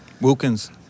Wilkins